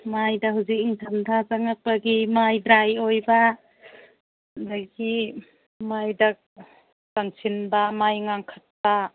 ꯃꯥꯏꯗ ꯍꯧꯖꯤꯛ ꯅꯤꯡꯊꯝꯊꯥ ꯆꯪꯂꯛꯄꯒꯤ ꯃꯥꯏ ꯗ꯭ꯔꯥꯏ ꯑꯣꯏꯕ ꯑꯗꯒꯤ ꯃꯥꯏꯗ ꯀꯪꯁꯤꯟꯕ ꯃꯥꯏ ꯉꯥꯡꯈꯠꯄ